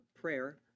prayer